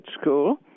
school